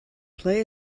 play